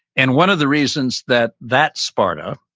and one of the reasons that that sparta,